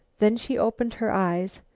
then she opened her eyes.